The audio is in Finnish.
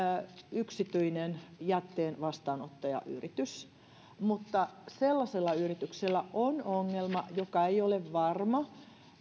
yksityinen jätteen vastaanottajayritys mutta sellaisella yrityksellä on ongelma joka ei ole varma